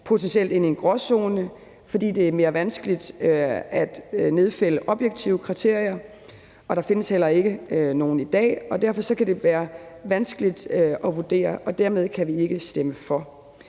potentielt ind i en gråzone, fordi det er mere vanskeligt at nedfælde objektive kriterier, og der findes heller ikke nogen i dag. Derfor kan det være vanskeligt at vurdere, og dermed kan vi ikke stemme for.